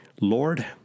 Lord